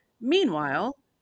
Meanwhile